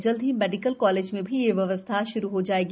जल्द ही medical college में भी यह ब्यवस्था श्रु हो जायेगी